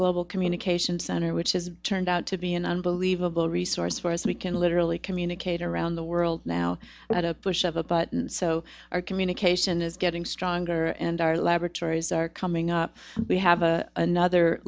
global communication center which has turned out to be an unbelievable resource for us we can literally communicate around the world now that a push of a button so our communication is getting stronger and our laboratories are coming up we have another